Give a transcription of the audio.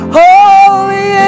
holy